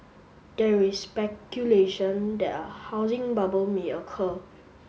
there is speculation that a housing bubble may occur